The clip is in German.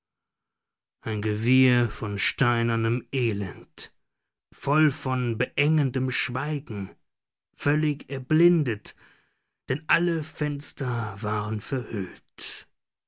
ein gewirr von steinernem elend voll von beengendem schweigen völlig erblindet denn alle fenster waren verhüllt